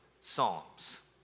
Psalms